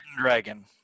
Dragon